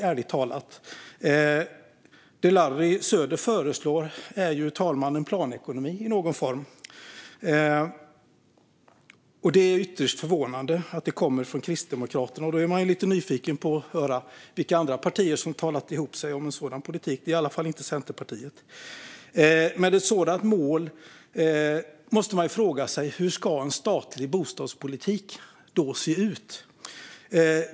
Det Larry Söder föreslår är ju en planekonomi i någon form, fru talman, och det är ytterst förvånande att det kommer från Kristdemokraterna. Då blir man nyfiken på att höra vilka andra partier som har talat ihop sig om en sådan politik, för det är i alla fall inte Centerpartiet. Med ett sådant mål måste man fråga sig: Hur ska en statlig bostadspolitik då se ut?